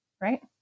Right